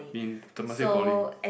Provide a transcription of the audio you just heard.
in Temasek Poly